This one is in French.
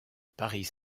paris